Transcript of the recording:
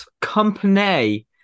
Company